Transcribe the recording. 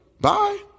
Bye